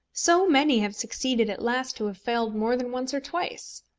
so many have succeeded at last who have failed more than once or twice!